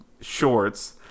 shorts